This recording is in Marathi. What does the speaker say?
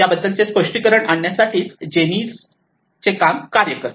या बद्दलचे स्पष्टीकरण आणण्यासाठी जेनीज काम कार्य करते